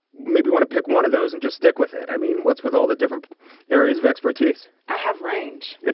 maybe want to pick one of those and just stick with it. i mean, what's with all the different areas of expertise? i have range